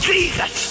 Jesus